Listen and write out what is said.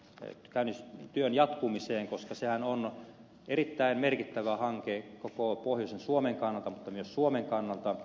seinäjokioulu ratahankkeen työn jatkumiseen koska sehän on erittäin merkittävä hanke koko pohjoisen suomen kannalta mutta myös koko suomen kannalta